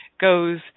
goes